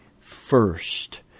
first